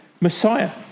Messiah